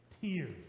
tears